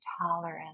tolerance